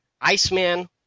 Iceman